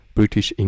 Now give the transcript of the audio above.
British